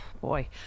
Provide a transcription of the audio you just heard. boy